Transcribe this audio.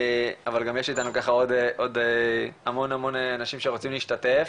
אבל גם יש איתנו ככה עוד המון אנשים שרוצים להשתתף.